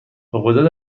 غدد